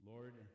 Lord